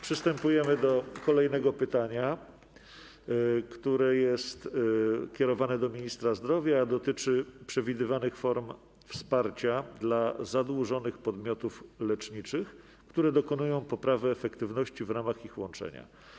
Przystępujemy do kolejnego pytania, które jest kierowane do ministra zdrowia, a dotyczy przewidywanych form wsparcia dla zadłużonych podmiotów leczniczych, które dokonują poprawy efektywności w ramach ich łączenia.